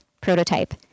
prototype